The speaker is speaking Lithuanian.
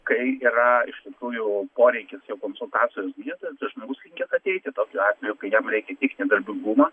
kai yra iš tikrųjų poreikis jau konsultacijos gydytojo tai žmogus linkęs ateiti tokiu atveju kai jam reikia tik nedarbingumo